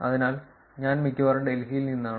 അതിനാൽ ഞാൻ മിക്കവാറും ഡൽഹിയിൽ നിന്നാണ്